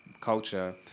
culture